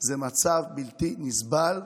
זה מצב בלתי נסבל.